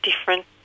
different